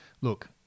Look